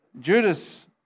Judas